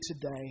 today